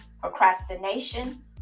procrastination